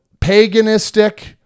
paganistic